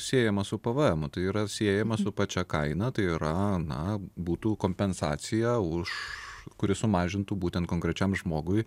siejama su pvmu tai yra siejama su pačia kaina tai yra na būtų kompensacija už kuri sumažintų būtent konkrečiam žmogui